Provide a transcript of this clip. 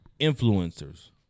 Influencers